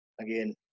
Again